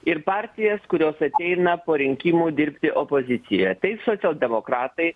ir partijas kurios ateina po rinkimų dirbti opozicijoje tai socialdemokratai